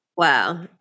Wow